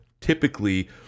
typically